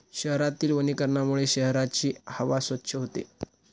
शहरातील वनीकरणामुळे शहराची हवा स्वच्छ होते